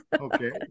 Okay